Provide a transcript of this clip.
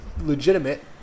legitimate